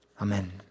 Amen